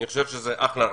זה אחלה רעיון.